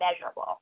measurable